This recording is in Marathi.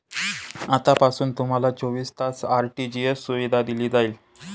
आतापासून तुम्हाला चोवीस तास आर.टी.जी.एस सुविधा दिली जाईल